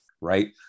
right